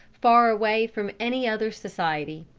far away from any other society.